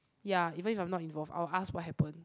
ya even if I'm not involved I'll ask what happen